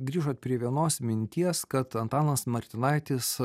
grįžot prie vienos minties kad antanas martinaitis